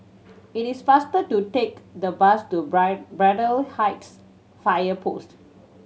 it is faster to take the bus to Braddell Heights Fire Post